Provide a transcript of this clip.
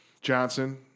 Johnson